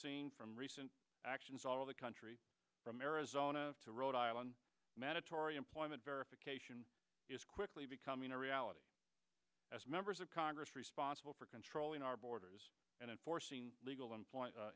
and from recent actions all the country from arizona to rhode island mandatory employment verification is quickly becoming a reality as members of congress responsible for controlling our borders and enforcing legal